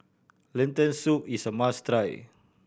Lentil Soup is a must try